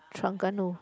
Terengganu